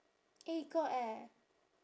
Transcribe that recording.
eh got eh